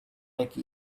like